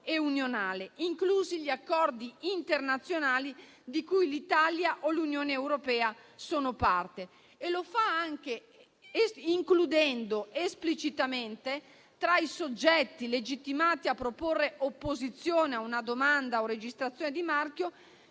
e unionale, inclusi gli accordi internazionali di cui l'Italia o l'Unione europea sono parte. E lo fa anche includendo esplicitamente, tra i soggetti legittimati a proporre opposizione a una domanda o registrazione di marchio,